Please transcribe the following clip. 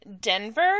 Denver